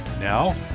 Now